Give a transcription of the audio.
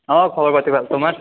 অঁ খবৰ পাতি ভাল তোমাৰ